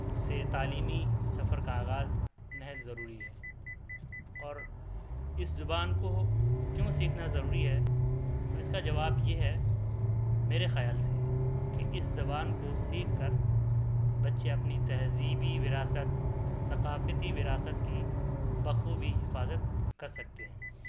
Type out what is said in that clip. سے تعلیمی سفر کا آغاز نہایت ضروری ہے اور اس زبان کو کیوں سیکھنا ضروری ہے تو اس کا جواب یہ ہے میرے خیال سے کہ اس زبان کو سیکھ کر بچے اپنی تہذیبی وراثت اور ثقافتی وراثت کی بخوبی حفاظت کرسکتے ہیں